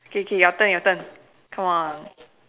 K K your turn your turn come on